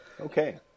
okay